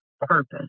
purpose